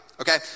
Okay